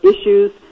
issues